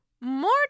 More